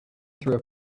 through